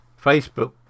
Facebook